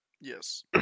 Yes